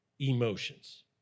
emotions